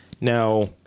Now